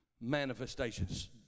manifestations